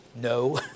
No